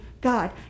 God